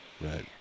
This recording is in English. Right